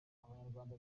abanyarwanda